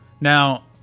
Now